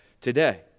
today